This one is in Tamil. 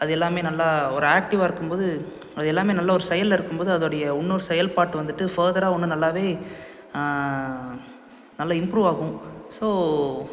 அது எல்லாமே நல்லா ஒரு ஆக்ட்டீவாக இருக்கும்போது அது எல்லாமே நல்லா ஒரு செயல்ல இருக்கும்போது அதோடைய இன்னொரு செயல்பாட்டு வந்துட்டு ஃபேர்தராக இன்னும் நல்லாவே நல்லா இம்ப்ரூவ் ஆகும் ஸோ